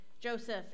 Joseph